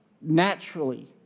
naturally